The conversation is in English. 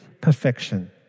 perfection